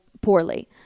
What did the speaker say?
poorly